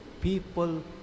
people